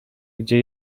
gdzie